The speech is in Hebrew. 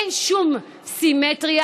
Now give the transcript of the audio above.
אין שום סימטריה.